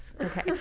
Okay